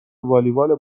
والیبال